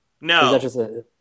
No